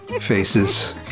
faces